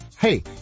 Hey